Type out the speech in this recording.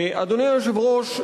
אדוני היושב-ראש,